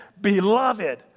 Beloved